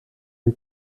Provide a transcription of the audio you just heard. une